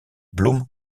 blum